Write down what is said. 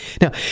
Now